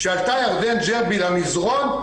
כשעלתה ירדן ג'רבי למזרון,